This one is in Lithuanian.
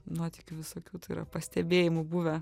nuotykių visokių yra pastebėjimų buvę